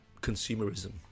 consumerism